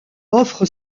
offre